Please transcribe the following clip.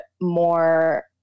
more